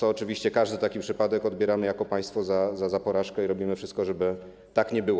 Oczywiście każdy taki przypadek odbieramy jako państwo jako porażkę i robimy wszystko, żeby tak nie było.